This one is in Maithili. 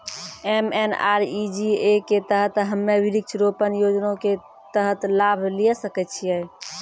एम.एन.आर.ई.जी.ए के तहत हम्मय वृक्ष रोपण योजना के तहत लाभ लिये सकय छियै?